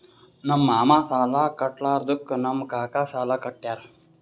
ನಮ್ ಮಾಮಾ ಸಾಲಾ ಕಟ್ಲಾರ್ದುಕ್ ನಮ್ ಕಾಕಾ ಸಾಲಾ ಕಟ್ಯಾರ್